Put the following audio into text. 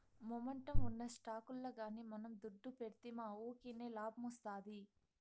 momentum ఉన్న స్టాకుల్ల గానీ మనం దుడ్డు పెడ్తిమా వూకినే లాబ్మొస్తాది